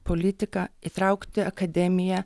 politiką įtraukti akademiją